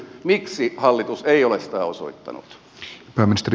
miksi hallitus ei ole sitä osoittanut